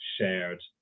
shared